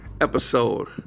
episode